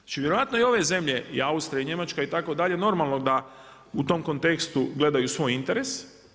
Znači vjerojatno i ove zemlje i Austrija i Njemačka itd. normalno da u tom kontekstu gledaju svoj interes.